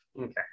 Okay